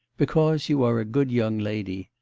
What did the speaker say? because you are a good young lady,